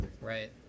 right